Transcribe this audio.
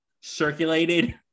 circulated